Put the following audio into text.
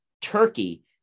turkey